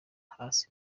hasi